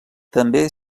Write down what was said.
també